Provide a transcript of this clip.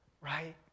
right